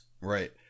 Right